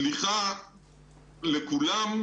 סליחה לכולם,